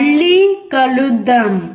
మళ్ళి కలుద్దాం